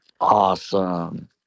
Awesome